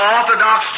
Orthodox